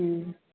ꯎꯝ